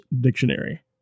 Dictionary